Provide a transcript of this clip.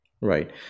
right